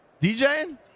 DJing